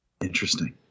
Interesting